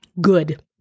good